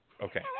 Okay